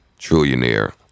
trillionaire